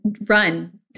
run